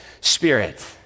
Spirit